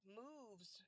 moves